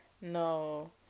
No